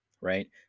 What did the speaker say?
right